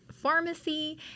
pharmacy